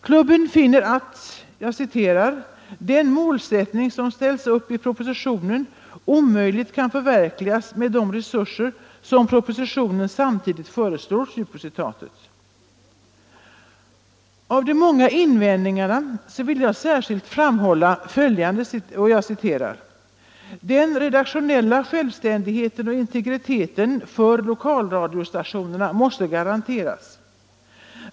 Klubben finner att ”den målsättning som ställs upp i propositionen omöjligt kan förverkligas med de resurser som propositionen samtidigt föreslår”. Av de många invändningarna vill jag särskilt framhålla följande: ”Den redaktionella självständigheten och integriteten för lokalradiostationerna måste garanteras.